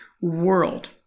world